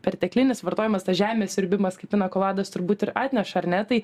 perteklinis vartojimas tas žemės siurbimas kaip pinakolados turbūt ir atneš ar ne tai